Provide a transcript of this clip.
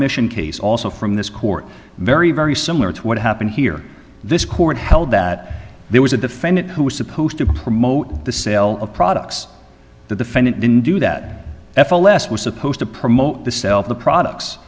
mission case also from the court very very similar to what happened here this court held that there was a defendant who was supposed to promote the sale of products the defendant didn't do that f l s was supposed to promote the self the products